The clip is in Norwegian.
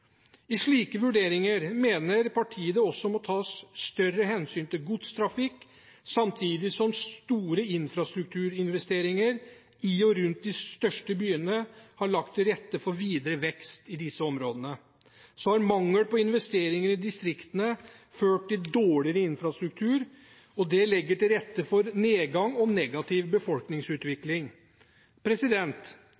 I slike vurderinger mener partiet det også må tas større hensyn til godstrafikk, samtidig som store infrastrukturinvesteringer i og rundt de største byene har lagt til rette for videre vekst i disse områdene. Så har mangel på investeringer i distriktene ført til dårligere infrastruktur, og det legger til rette for nedgang og negativ